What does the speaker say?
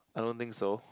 I don't think so